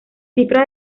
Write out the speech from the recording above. cifras